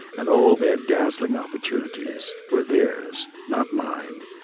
and all their dazzling opportunities, were theirs, not mine,